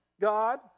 God